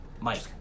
Mike